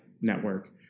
network